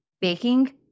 baking